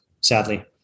Sadly